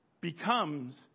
becomes